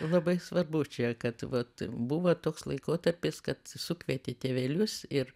labai svarbu čia kad vat buvo toks laikotarpis kad sukvietė tėvelius ir